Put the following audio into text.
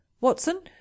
watson